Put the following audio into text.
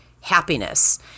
happiness